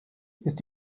ist